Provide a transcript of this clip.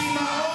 יותר גרוע,